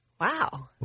Wow